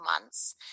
months